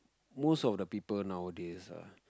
most of the people nowadays ah